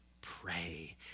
pray